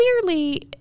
clearly